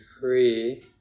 free